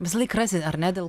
visąlaik rasi ar ne dėl